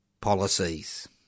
policies